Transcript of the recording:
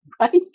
Right